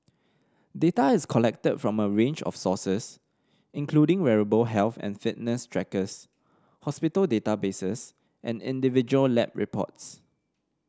data is collected from a range of sources including wearable health and fitness trackers hospital databases and individual lab reports